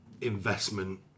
investment